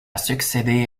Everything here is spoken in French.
succédé